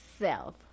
self